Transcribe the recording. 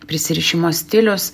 prisirišimo stilius